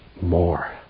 more